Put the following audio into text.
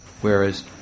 Whereas